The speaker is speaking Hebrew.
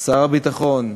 שר הביטחון,